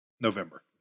November